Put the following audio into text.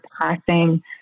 passing